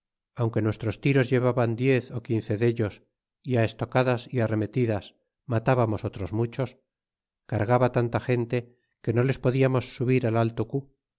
aunque nuestros tiros llevaban diez ó quince dellos é á estocadas y arremetidas matábamos otros muchos cargaba tanta gente que no les podiamos subir al alto